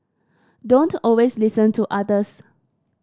don't always listen to others